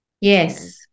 Yes